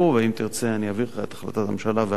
ואם תרצה אני אעביר לך את החלטת הממשלה והכול.